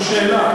איזו שאלה.